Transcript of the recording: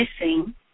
missing